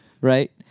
Right